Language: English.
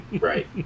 Right